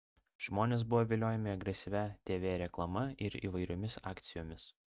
žmonės buvo viliojami agresyvia tv reklama ir įvairiomis akcijomis